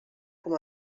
com